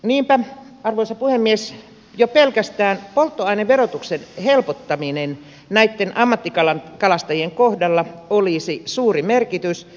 niinpä arvoisa puhemies jo pelkästään polttoaineverotuksen helpottamisella näitten ammattikalastajien kohdalla olisi suuri merkitys